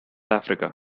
africa